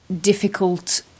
difficult